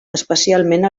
especialment